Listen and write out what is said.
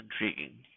intriguing